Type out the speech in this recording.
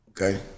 Okay